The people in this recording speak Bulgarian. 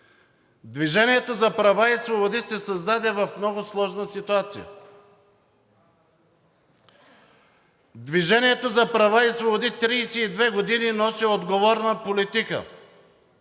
„Движение за права и свободи“ се създаде в много сложна ситуация. „Движение за права и свободи“ 32 години носи отговорна политика,